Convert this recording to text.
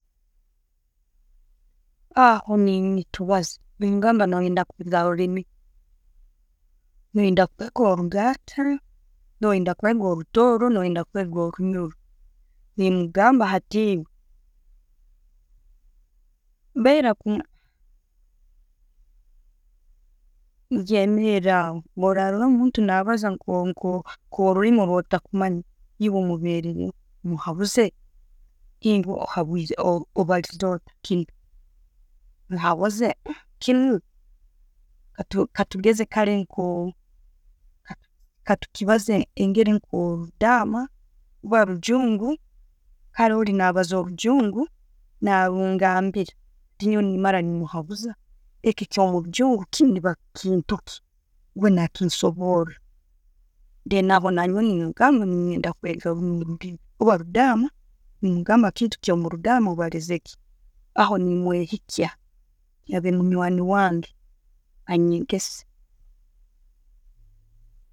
Aho nenetwaza, nengamba noyenda kwega rulimi ki, noyenda kwega oruganda, noyenda kwega orutooro, no'yenda kwega orunyoro. Nemugamba, hati ewe, yemeraho, bworora omuntu nabaaza nko oruliimi orwatukumanya, eiwe mubirereho, muhabuze, ngu obalize otta kinu. Muhabuzi, kinu, katugeze kare nke katubaze engeri nko rudaama, orba rujungu. Haroho oli nabaza orujungu, narugambira, nyonwe nemara nemuhabuza, ekyo rujungu kinu kibakintu ki, we na kinsobora then nanyowe nemugamba nenyenda kwega orulimi orba Ludama, nemugamba ekintu ekyomuludama obalizeki, haho nemwehikya abe munywani wange anyegesa.